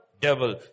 devil